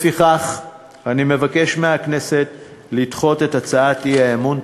לפיכך אני מבקש מהכנסת לדחות את הצעת האי-אמון.